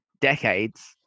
decades